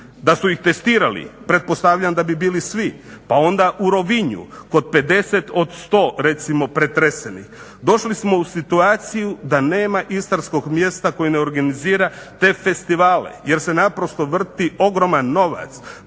Da su ih testirali pretpostavljam da bi bili svi. Pa onda u Rovinju kod 50 od 100 recimo pretresenih. Došli smo u situaciju da nema istarskog mjesta koji ne organizira te festivale jer se naprosto vrti ogroman novac.